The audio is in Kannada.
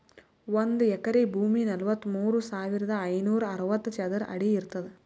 ಒಂದ್ ಎಕರಿ ಭೂಮಿ ನಲವತ್ಮೂರು ಸಾವಿರದ ಐನೂರ ಅರವತ್ತು ಚದರ ಅಡಿ ಇರ್ತದ